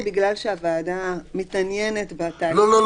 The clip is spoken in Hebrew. דווקא בגלל שהוועדה מתעניינת בתהליכים